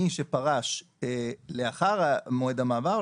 מי שפרש לאחר מועד המעבר,